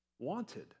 Wanted